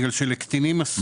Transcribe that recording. בגלל שלקטינים אסור להמר.